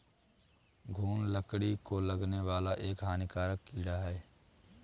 घून लकड़ी को लगने वाला एक हानिकारक कीड़ा है